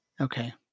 Okay